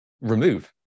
remove